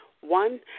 One